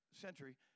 century